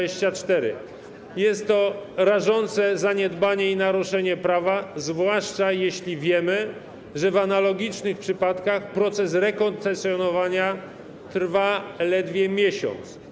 Jest to rażące zaniedbanie i naruszenie prawa, zwłaszcza jeśli wiemy, że w analogicznych przypadkach proces rekoncesjonowania trwa zaledwie miesiąc.